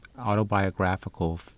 autobiographical